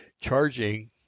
charging